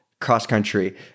cross-country